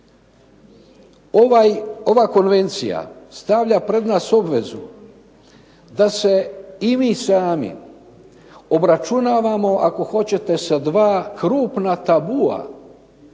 Ova konvencija stavlja pred nas obvezu da se i mi sami obračunavamo ako hoćete sa dva krupna tabua